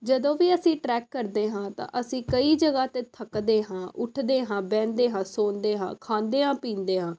ਜਦੋਂ ਵੀ ਅਸੀਂ ਟਰੈਕ ਕਰਦੇ ਹਾਂ ਤਾਂ ਅਸੀਂ ਕਈ ਜਗ੍ਹਾ 'ਤੇ ਥੱਕਦੇ ਹਾਂ ਉੱਠਦੇ ਹਾਂ ਬਹਿੰਦੇ ਹਾਂ ਸੌਦੇ ਹਾਂ ਖਾਂਦਿਆਂ ਪੀਂਦਿਆਂ